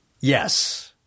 Yes